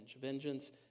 vengeance